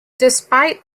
despite